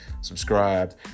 subscribe